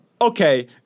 okay